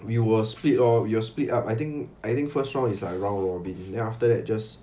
we will split lor we will split up I think I think first round is like round robin then after that just